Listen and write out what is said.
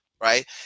right